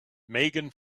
megan